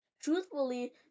Truthfully